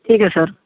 ठीक है सर